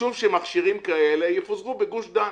חשוב שמכשירים כאלה יפוזרו בגוש דן